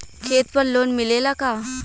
खेत पर लोन मिलेला का?